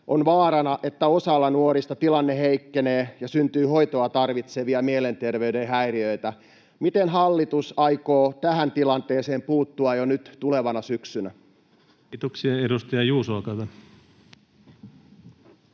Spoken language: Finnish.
on vaarana, että osalla nuorista tilanne heikkenee ja syntyy hoitoa tarvitsevia mielenterveyden häiriöitä. Miten hallitus aikoo tähän tilanteeseen puuttua jo nyt tulevana syksynä? [Speech 12] Speaker: